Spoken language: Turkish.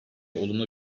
olumlu